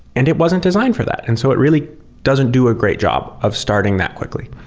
and it wasn't designed for that. and so it really doesn't do a great job of starting that quickly.